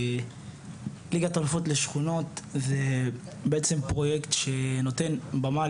כי ליגת אלופות לשכונות זה בעצם פרויקט שנותן במה